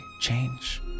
change